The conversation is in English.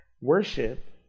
worship